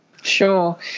Sure